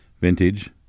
Vintage